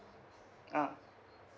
ah